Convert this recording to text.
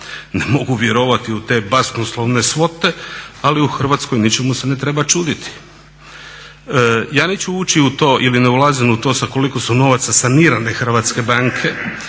Ne mogu vjerovati u te basnoslovne svote ali u Hrvatskoj ničemu se ne treba čuditi. Ja neću uči u to ili ne ulazim u to sa koliko su novaca sanirane hrvatske banke,